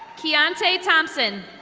keonte thompson.